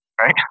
Right